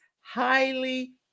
highly